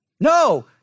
No